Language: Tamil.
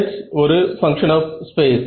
H ஒரு பங்க்ஷன் ஆப் ஸ்பேஸ்